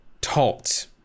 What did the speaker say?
taught